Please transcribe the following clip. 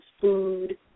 food